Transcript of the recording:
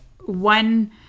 One